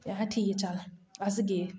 ऐ है ठीक ऐ चल अस गै बी